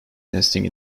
nesting